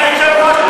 זה לא יעזור לכם.